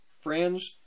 friends